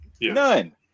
None